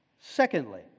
Secondly